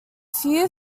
few